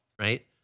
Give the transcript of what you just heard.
right